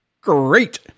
Great